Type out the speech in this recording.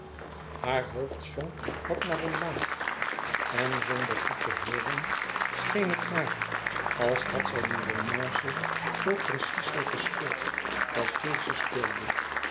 haar hoofd zonk wat naar omlaag en zonder goed te hooren scheen het haar als had zij die romance zoo precies zoo gespeeld als jules ze speelde